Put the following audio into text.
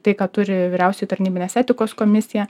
tai ką turi vyriausioji tarnybinės etikos komisija